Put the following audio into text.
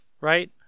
right